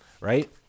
right